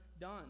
done